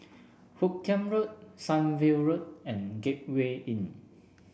Hoot Kiam Road Sunview Road and Gateway Inn